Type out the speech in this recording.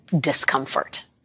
discomfort